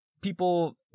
people